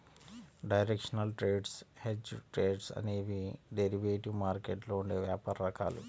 directional trades, hedged trades అనేవి derivative మార్కెట్లో ఉండే వ్యాపార రకాలు